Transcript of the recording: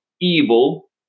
evil